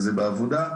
וזה בעבודה,